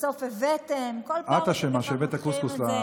בסוף הבאתם, כל פעם אתם כבר מתחילים את זה,